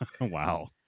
Wow